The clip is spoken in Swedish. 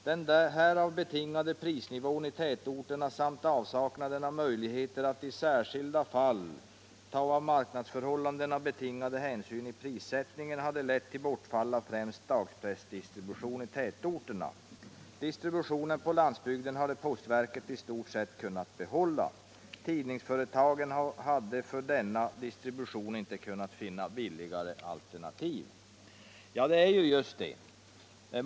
Den härav betingade prisnivån i tätorterna samt avsaknaden av möjligheter att i särskilda fall ta av marknadsförhållandena betingade hänsyn i prissättningen hade lett till bortfall av främst dagspressdistribution i tätorterna. Distributionen på landsbygden hade postverket i stort kunnat behålla. Tidningsföretagen hade för denna distribution inte kunnat finna billigare distributionsalternativ.” Det är just det.